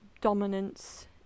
Dominance